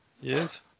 Yes